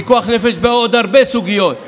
פיקוח נפש בעוד הרבה סוגיות.